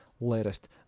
latest